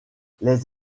les